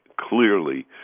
clearly